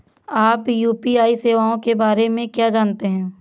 आप यू.पी.आई सेवाओं के बारे में क्या जानते हैं?